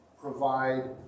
provide